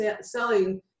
selling